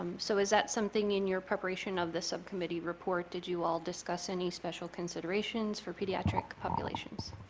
so is that something in your preparation of the subcommittee report? did you all discuss any special considerations for pediatric populations?